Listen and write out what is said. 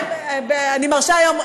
אני מרשה היום,